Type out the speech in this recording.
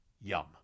Yum